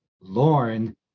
Lauren